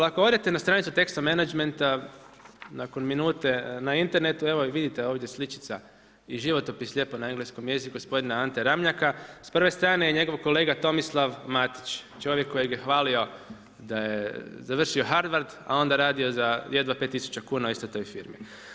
Ako odete na stranicu Texo Menagmenta, nakon minute na internetu, evo vidite ovdje sličica i životopis lijepo na engleskom jeziku gospodina Ante Ramljaka, s 1. strane je njegov kolega Tomislav Matić, čovjek kojega je hvalio da je završio Harvard a onda radio za jedva 5 000 kuna u istoj toj firmi.